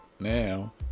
Now